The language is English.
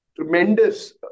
Tremendous